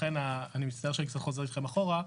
אני מצטער שאני קצת חוזר אתכם אחורה,